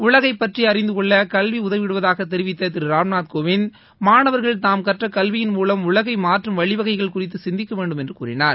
உலகை பற்றி அறிந்து கொள்ள கல்வி உதவிடுவதாக தெரிவித்த திரு ராம்நாத் கோவிந்த் மாணவர்கள் தாம் கற்ற கல்வியின் மூவம் உலகை மாற்றும் வழிவகைகள் குறித்து சிந்திக்க வேண்டும் என்று கூறினார்